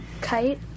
kite